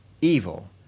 evil